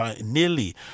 nearly